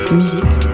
musique